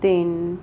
ਤਿੰਨ